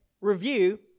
review